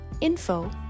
info